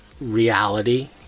reality